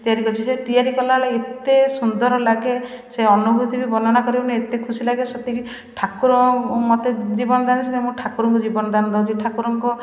ତିଆରି କରିଛି ଯେ ତିଆରି କଲାବେଳେ ଏତେ ସୁନ୍ଦର ଲାଗେ ସେ ଅନୁଭୂତି ବି ବର୍ଣ୍ଣନା କରି ହେବ ନାହିଁ ଏତେ ଖୁସି ଲାଗେ ସତେ କି ଠାକୁର ମୋତେ ଜୀବନ ଦାନ ଦେଉଛନ୍ତି ମୁଁ ଠାକୁରଙ୍କୁ ଜୀବନ ଦାନ ଦେଉଛି ଠାକୁରଙ୍କ